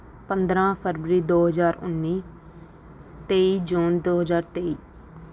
ਪੰਦਰਾਂ ਫਰਵਰੀ ਦੋ ਹਜ਼ਾਰ ਉੱਨੀ ਤੇਈ ਜੂਨ ਦੋ ਹਜ਼ਾਰ ਤੇਈ